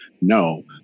no